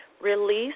Release